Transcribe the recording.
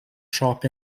shop